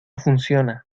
funciona